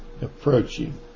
approaching